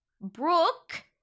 Brooke